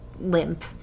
limp